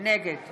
נגד